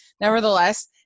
nevertheless